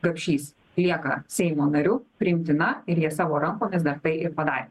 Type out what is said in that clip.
gapšys lieka seimo nariu priimtina ir jie savo rankomis dar tai ir padarė